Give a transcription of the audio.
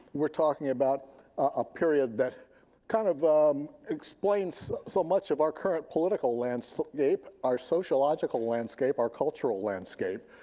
we're talking about a period that kind of um explains so much of our current political landscape, our sociological landscape, our cultural landscape.